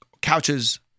couches